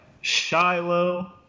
Shiloh